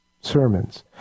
sermons